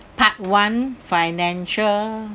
part one financial